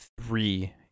three